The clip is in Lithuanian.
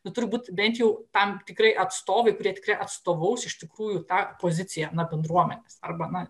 nu turbūt bent jau tam tikrai atstovai kurie atstovaus iš tikrųjų tą poziciją nuo bendruomenės arba na